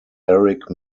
eric